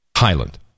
Highland